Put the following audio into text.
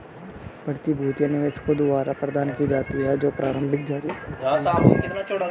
प्रतिभूतियां निवेशकों द्वारा प्रदान की जाती हैं जो प्रारंभिक जारी होने पर खरीदते हैं